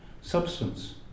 substance